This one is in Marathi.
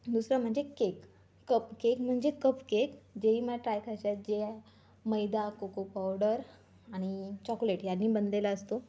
दुसरं म्हणजे केक कप केक म्हणजे कप केक जे ही मला ट्राय करायचं आहे ज्यात मैदा कोको पावडर आणि चॉकलेट ह्यानी बनलेला असतो